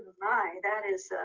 my, that is